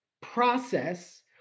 process